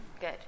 Good